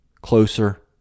Closer